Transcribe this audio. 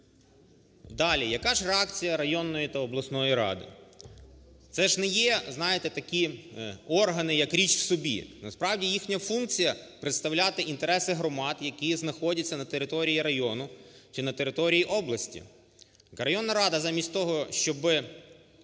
Далі. Яка ж реакція районної та обласної ради? Це ж не є, знаєте, такі органи, як річ в собі. Насправді, їхня функція – представляти інтереси громад, які знаходяться на території району чи на території області. Районна рада замість того, щоб